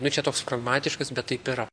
nu čia toks pragmatiškas bet taip yra